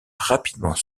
rapidement